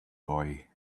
boy